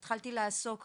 הכנסת לסקי עוסקת